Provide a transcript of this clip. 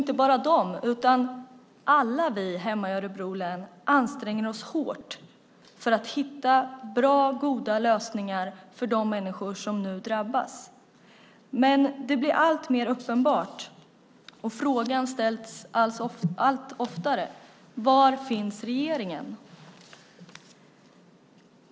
Inte bara de utan alla vi hemma i Örebro län anstränger oss hårt för att hitta bra och goda lösningar för de människor som nu drabbas. Men den uppenbara frågan ställs allt oftare: Var finns regeringen?